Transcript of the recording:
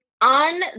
On